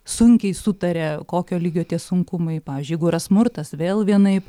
sunkiai sutaria kokio lygio tie sunkumai pavyzdžiui jeigu yra smurtas vėl vienaip